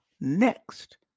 next